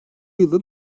yılın